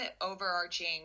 overarching